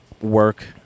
work